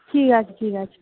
ঠিক আছে ঠিক আছে